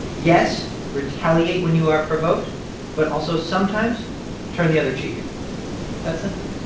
yes, retaliate when you are provoked but also sometimes turn the other cheek that simple.